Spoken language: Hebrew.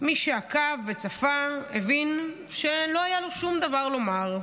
מי שעקב וצפה הבין שלא היה לו שום דבר לומר.